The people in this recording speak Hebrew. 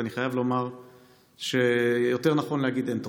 ואני חייב לומר שיותר נכון להגיד: אין תוכנית.